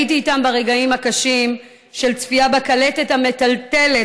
הייתי איתם ברגעים הקשים של צפייה בקלטת המטלטלת